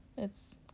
It's